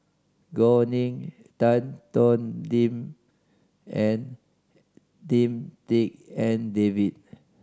Gao Ning Tan Thoon Lim and Lim Tik En David